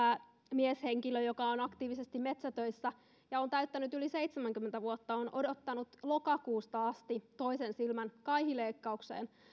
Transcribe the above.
mieshenkilö joka on aktiivisesti metsätöissä ja on täyttänyt yli seitsemänkymmentä vuotta on odottanut lokakuusta asti toisen silmän kaihileikkaukseen